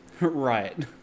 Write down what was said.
Right